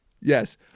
Yes